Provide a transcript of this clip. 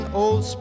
old